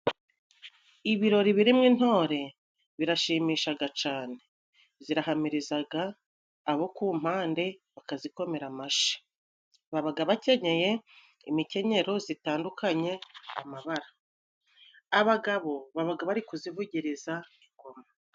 Ibirori birimo intore birashimishaga cane. Zirahamirizaga abo ku mpande bakazikomera amashi. Babaga bakenyeye imikenyero zitandukanye amabara. Abagabo babaga bari kuzivugiriza ingoma.